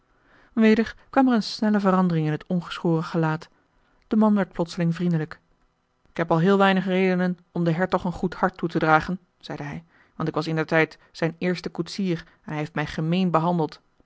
weder kwam er een snelle verandering in het ongeschoren gelaat de man werd plotseling vriendelijk ik heb al heel weinig redenen om den hertog een goed hart toe te dragen zeide hij want ik was indertijd zijn eerste koetsier en hij heeft mij gemeen behandeld